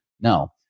No